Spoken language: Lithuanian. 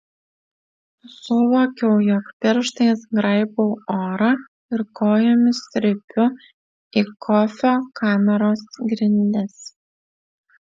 suvokiau jog pirštais graibau orą ir kojomis trypiu į kofio kameros grindis